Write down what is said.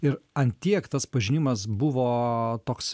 ir ant tiek tas pažinimas buvo toks